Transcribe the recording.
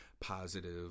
positive